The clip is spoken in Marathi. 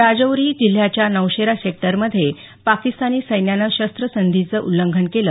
राजौरी जिल्ह्याच्या नौशेरा सेक्टरमध्ये पाकिस्तानी सैन्यानं शस्त्रसंधीचं उल्लंघन केलं